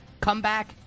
comeback